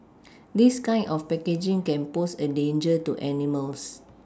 this kind of packaging can pose a danger to animals